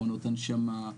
מכונות הנשמה,